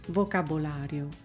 vocabolario